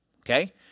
Okay